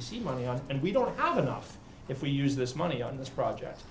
c money on and we don't have enough if we use this money on this project